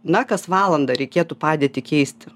na kas valandą reikėtų padėtį keisti